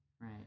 Right